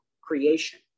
creation